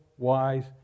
wise